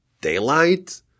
daylight